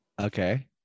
Okay